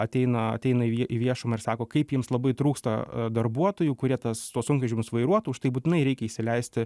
ateina ateina į viešumą ir sako kaip jiems labai trūksta darbuotojų kurie tas tuos sunkvežimius vairuotų už tai būtinai reikia įsileisti